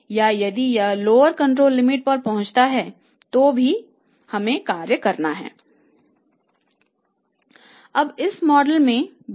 अब इस मॉडल में b क्या है